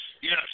Yes